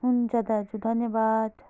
हुन्छ दाजु धन्यवाद